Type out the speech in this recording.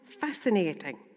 fascinating